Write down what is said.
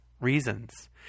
reasons